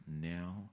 now